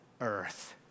earth